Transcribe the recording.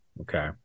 Okay